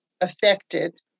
affected